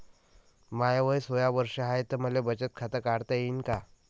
माय वय सोळा वर्ष हाय त मले बचत खात काढता येईन का?